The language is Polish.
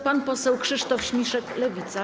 Pan poseł Krzysztof Śmiszek, Lewica.